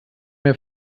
mehr